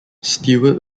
stewart